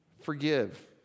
forgive